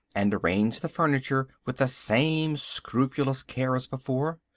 and arranged the furniture with the same scrupulous care as before.